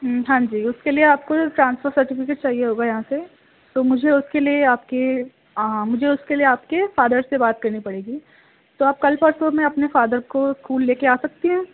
ہوں ہاں جی اس کے لیے آپ کو ٹرانسفر سرٹیفکیٹ چاہیے ہوگا یہاں سے تو مجھے اس کے لیے آپ کی مجھے اس کے لیے آپ کے فادر سے بات کرنی پڑے گی تو آپ کل پرسوں میں اپنے فادر کو اسکول لے کے آ سکتے ہیں